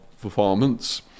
performance